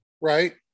right